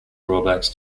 drawbacks